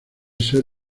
ser